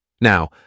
Now